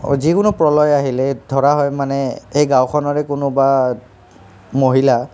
যিকোনো প্ৰলয় আহিলে ধৰা হয় মানে এই গাঁওখনৰে কোনোবা মহিলা